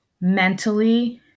mentally